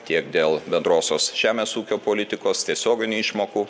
tiek dėl bendrosios žemės ūkio politikos tiesioginių išmokų